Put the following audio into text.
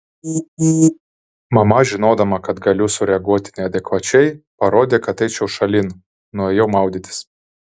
mama žinodama kad galiu sureaguoti neadekvačiai parodė kad eičiau šalin nuėjau maudytis